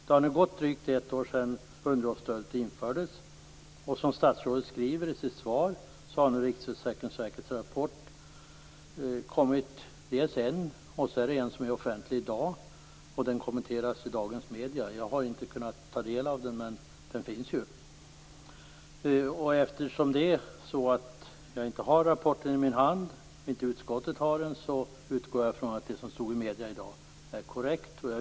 Det har nu gått drygt ett år sedan underhållsstödet infördes. Som statsrådet skriver i sitt svar har Riksförsäkringsverkets rapport kommit, och en annan som offentliggörs i dag. Den har kommenterats i medierna i dag. Jag har inte kunnat ta del av den, men den finns. Eftersom jag inte har rapporten i min hand - mitt utskott har den - utgår jag från att det som står i medierna i dag är korrekt.